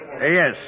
Yes